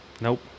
nope